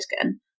again